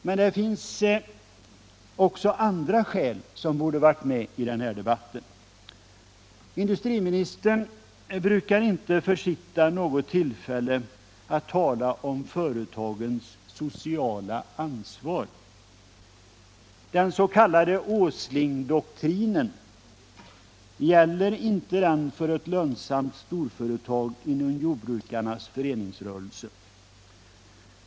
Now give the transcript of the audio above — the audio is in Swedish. Men det finns också andra skäl som borde ha varit med i debatten. Industriministern brukar inte försitta något tillfälle att tala om företagens sociala ansvar. Den s.k. Åslingdoktrinen, gäller inte den för ett lönsamt storföretag inom jordbrukarnas föreningsrörelse?